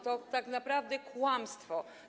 To tak naprawdę kłamstwo.